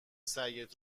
سعیت